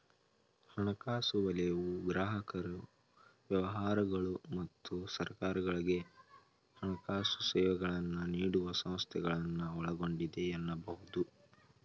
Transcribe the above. ಹಣಕಾಸು ವಲಯವು ಗ್ರಾಹಕರು ವ್ಯವಹಾರಗಳು ಮತ್ತು ಸರ್ಕಾರಗಳ್ಗೆ ಹಣಕಾಸು ಸೇವೆಗಳನ್ನ ನೀಡುವ ಸಂಸ್ಥೆಗಳನ್ನ ಒಳಗೊಂಡಿದೆ ಎನ್ನಬಹುದು